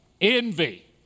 Envy